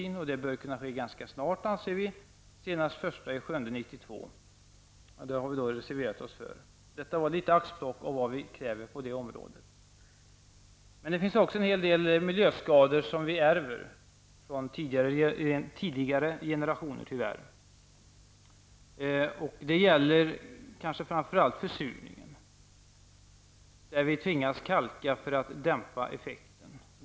Vi anser att det bör kunna ske ganska snart, senast den 1 juli 1992. Vi har en reservation om detta. Detta var några axplock av vad vi kräver på detta område. Det finns tyvärr flera miljöskador som vi ärver från tidigare generationer. Det gäller kanske framför allt försurningen. Vi tvingas kalka för att dämpa effekten.